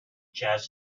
jazz